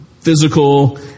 physical